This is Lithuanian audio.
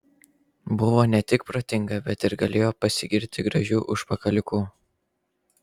buvo ne tik protinga bet ir galėjo pasigirti gražiu užpakaliuku